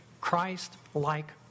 Christ-like